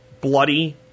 bloody